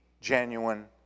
genuine